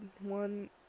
One